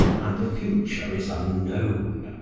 and the future is unknown,